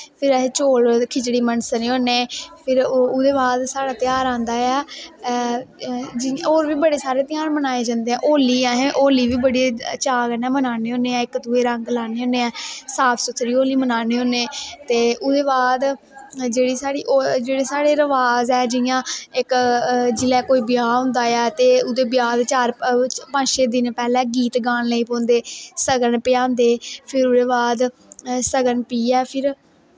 फिर अस चौल दी खिचड़ी मनसने होने फिर ओह्दे बाद साढ़ा ध्यार आंदा ऐ होर बी बड़े सारे ध्यार बनाए जंदे ऐ होली अल होली बी बड़े चाऽ कन्नै मनान्ने होन्ने ऐं इक दुए गी रंग लान्ने होन्ने ऐं साफ सुथरी होली बनान्ने होन्ने ते ओह्दे बाद जेह्ड़े साढ़े रबाज ऐ जियां इक जिसलै कोई ब्याह् होंदा ऐ ते ओह्दे ब्याह् दे चार पंज छे दिन पैह्लै गीत गान लगी पौंदे सगन पजांदे फिर ओह्दे बाद सगन पीहै फिर